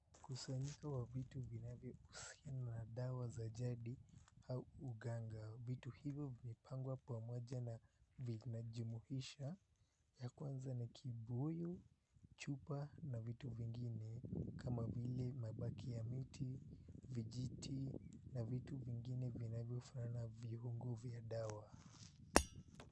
Mkusanyiko wa vitu vinavyohusiana na dawa za jadi au uganga. Vitu hivyo vimepangwa pamoja na vinajumuisha ya kwanza ni kibuyu, chupa na vitu vingine kama vile mabaki ya miti, vijiti na vitu vingine vinavyofanana viungo vya dawa.